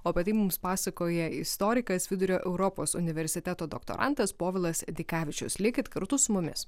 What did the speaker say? o apie tai mums pasakoja istorikas vidurio europos universiteto doktorantas povilas dikavičius likit kartu su mumis